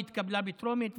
היא התקבלה בטרומית,